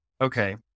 okay